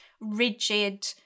rigid